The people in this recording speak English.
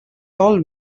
all